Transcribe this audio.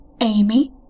Amy